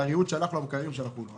על הריהוט שהלך לו ועל המקררים שהלכו לו?